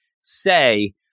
say